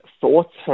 thoughts